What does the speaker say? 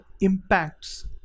impacts